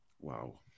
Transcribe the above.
Wow